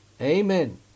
Amen